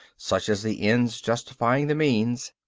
such as the ends justifying the means.